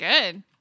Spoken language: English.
Good